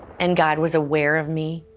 and god was aware of me,